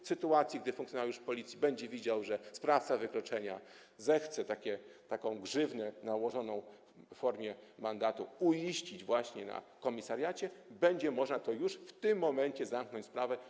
W sytuacji, gdy funkcjonariusz Policji będzie widział, że sprawca wykroczenia zechce taką grzywnę nałożoną w formie mandatu uiścić właśnie na komisariacie, będzie można już w tym momencie zamknąć sprawę.